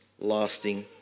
lasting